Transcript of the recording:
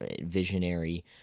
visionary